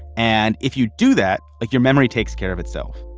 and if you do that, like your memory takes care of itself